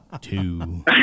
two